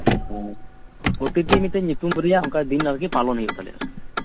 ᱳ ᱯᱨᱚᱛᱤᱴᱤ ᱢᱤᱫᱴᱟᱱ ᱧᱩᱛᱩᱢ ᱨᱮᱭᱟᱜ ᱚᱱᱠᱟᱜᱮ ᱫᱤᱱ ᱟᱨᱠᱤ ᱯᱟᱞᱚᱱ ᱦᱩᱭᱩᱜ ᱛᱟᱞᱮᱭᱟ